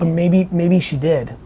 maybe maybe she did,